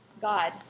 God